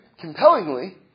compellingly